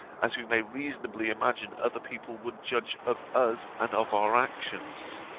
as we may reasonably imagine other people would judge of us and of our actions?